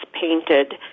painted